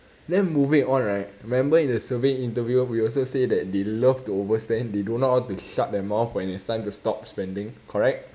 then moving on right remember in the survey interview we also say that they love to overspend they don't know how to shut their mouth when it's time to stop spending correct